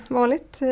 vanligt